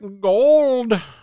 gold